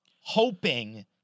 hoping